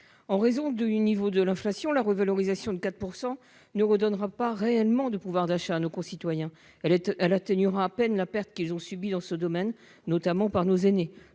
En raison du niveau de l'inflation, cette revalorisation de 4 % ne redonnera pas réellement du pouvoir d'achat à nos concitoyens et atténuera à peine la perte qu'ils ont subie dans ce domaine. Tel sera notamment